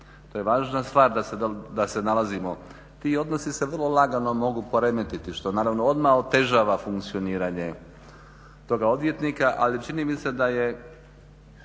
to je važna stvar da se nalazimo. Ti odnosi se vrlo lagano mogu poremetiti što naravno odmah otežava funkcioniranje toga odvjetnika ali čini mi se da je